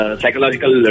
psychological